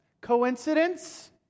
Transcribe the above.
Coincidence